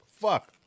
Fuck